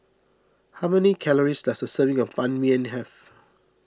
how many calories does a serving of Ban Mian have